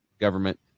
government